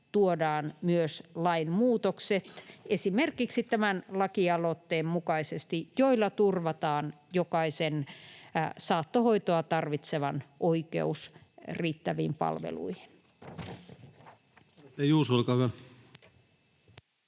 tuodaan, esimerkiksi tämän lakialoitteen mukaisesti, myös lainmuutokset, joilla turvataan jokaisen saattohoitoa tarvitsevan oikeus riittäviin palveluihin. Edustaja Juuso, olkaa hyvä.